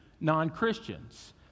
non-Christians